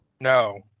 No